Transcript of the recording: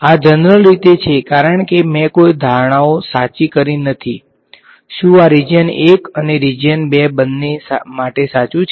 આ જનરલ રીતે છે કારણ કે મેં કોઈ ધારણાઓ સાચી કરી નથી શું આ રીજીયન 1 અને રીજીયન 2 બંને માટે સાચું છે